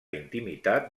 intimitat